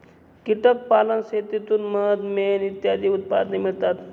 कीटक पालन शेतीतून मध, मेण इत्यादी उत्पादने मिळतात